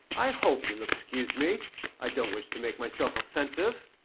i hope you'll excuse me i don't wish to make myself offensive.